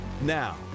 Now